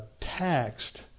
taxed